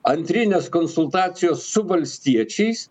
antrinės konsultacijos su valstiečiais